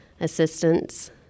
assistance